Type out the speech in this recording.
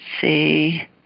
see